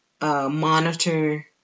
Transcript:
monitor